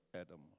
Adam